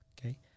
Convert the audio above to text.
Okay